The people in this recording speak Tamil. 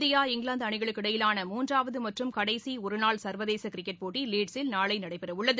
இந்தியா இங்கிலாந்து அணிகளுக்கிடையிலான மூன்றாவது மற்றும் கடைசி ஒருநாள் சர்வதேச கிரிக்கெட் போட்டி லீட்ஸில் நாளை நடைபெறுகிறது